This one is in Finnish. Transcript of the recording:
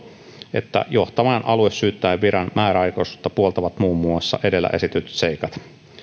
että johtavan aluesyyttäjän viran määräaikaisuutta puoltavat muun muassa edellä esitetyt seikat